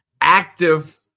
active